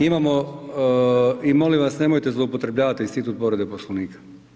Imamo i molim vas nemojte zloupotrjebljavati institut povrede Poslovnika.